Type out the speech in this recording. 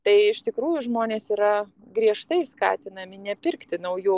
tai iš tikrųjų žmonės yra griežtai skatinami nepirkti naujų